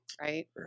Right